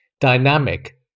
dynamic